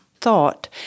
thought